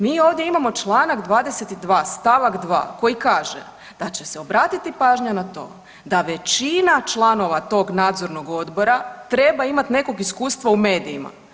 Mi ovdje imamo čl. 22 st. 2 koji kaže da će se obratiti pažnja na to da većina članova tog Nadzornog odbora treba imati nekog iskustva u medijima.